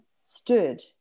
stood